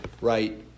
right